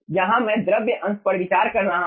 यहाँ मैं द्रव अंश पर विचार कर रहा हूँ